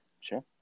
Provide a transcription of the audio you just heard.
Sure